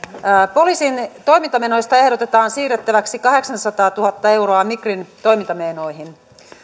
poliisin toimintamenoista ehdotetaan siirrettäväksi kahdeksansataatuhatta euroa migrin toimintamenoihin